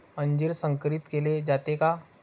अंजीर संकरित केले जाते का?